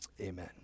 amen